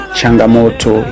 changamoto